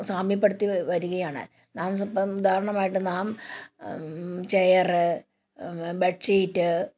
സാമ്യപ്പെടുത്തി വരികയാണ് നാം ഇപ്പം ഉദാഹരണമായിട്ട് നാം ചെയർ ബെഡ് ഷീറ്റ്